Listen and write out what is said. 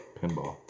pinball